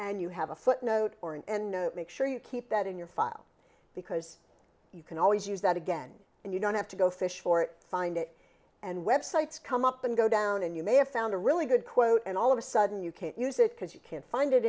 and you have a footnote or an end make sure you keep that in your file because you can always use that again and you don't have to go fish for it find it and websites come up and go down and you may have found a really good quote and all of a sudden you can't use it because you can't find it